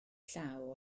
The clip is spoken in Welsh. llaw